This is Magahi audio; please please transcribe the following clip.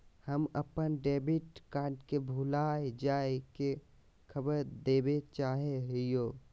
हम अप्पन डेबिट कार्ड के भुला जाये के खबर देवे चाहे हियो